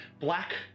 black